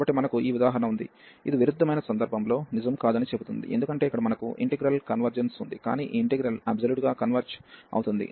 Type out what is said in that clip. కాబట్టి మనకు ఈ ఉదాహరణ ఉంది ఇది విరుద్ధమైన సందర్భంలో నిజం కాదని చెబుతుంది ఎందుకంటే ఇక్కడ మనకు ఇంటిగ్రల్ కన్వర్జెన్స్ ఉంది కానీ ఇంటిగ్రల్ అబ్సొల్యూట్ గా కన్వర్జ్ అవుతుంది